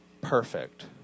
perfect